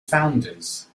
founders